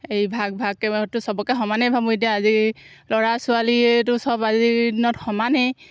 এই ভাগ ভাগকৈ বাৰু সেইটোতো চবকে সমানেই ভাবোঁ এতিয়া আজি ল'ৰা ছোৱালীয়েতো চব আজিৰ দিনত সমানেই